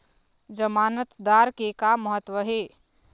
जमानतदार के का महत्व हे?